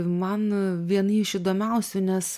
man viena iš įdomiausių nes